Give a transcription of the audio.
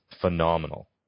phenomenal